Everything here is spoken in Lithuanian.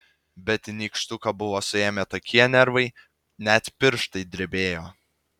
bet nykštuką buvo suėmę tokie nervai net pirštai drebėjo